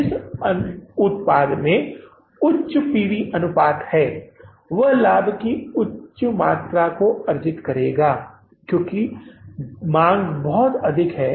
जिस उत्पाद में उच्च पीवी अनुपात है वह लाभ की उच्च मात्रा अर्जित करने जा रहा है क्योंकि मांग बहुत अधिक है